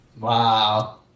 Wow